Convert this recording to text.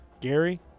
Gary